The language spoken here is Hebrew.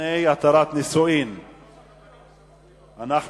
בענייני התרת נישואין (מקרים מיוחדים וסמכות בין-לאומית) (תיקון מס' 3),